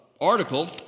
article